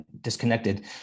disconnected